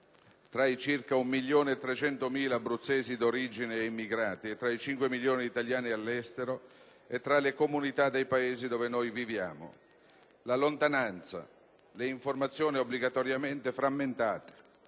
tra i circa 1.300.000 abruzzesi d'origine ed emigrati, tra i 5 milioni di italiani all'estero e tra le comunità dei Paesi dove noi viviamo. La lontananza, le informazioni obbligatoriamente frammentate,